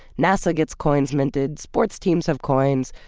nasa gets coins minted. sports teams have coins.